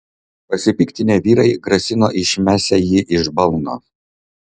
pasipiktinę vyrai grasino išmesią jį iš balno